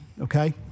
Okay